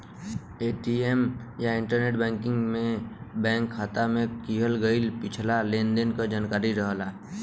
ATM या internet banking में bank खाता में किहल गयल पिछले लेन देन क जानकारी रहला